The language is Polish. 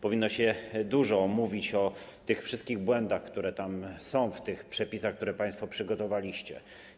Powinno się dużo mówić o wszystkich błędach, które są w przepisach, które państwo przygotowaliście.